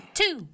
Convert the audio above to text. two